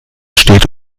steht